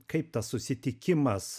kaip tas susitikimas